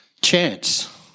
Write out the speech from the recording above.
chance